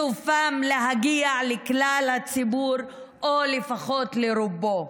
סופם להגיע לכלל הציבור, או לפחות לרובו.